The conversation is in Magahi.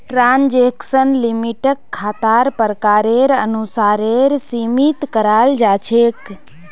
ट्रांजेक्शन लिमिटक खातार प्रकारेर अनुसारेर सीमित कराल जा छेक